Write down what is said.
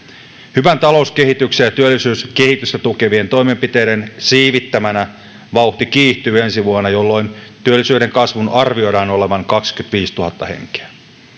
hyvän talouskehityksen ja työllisyyskehitystä tukevien toimenpiteiden siivittämänä vauhti kiihtyy ensi vuonna jolloin työllisyyden kasvun arvioidaan olevan kaksikymmentäviisituhatta henkeä